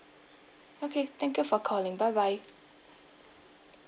okay thank you for calling bye bye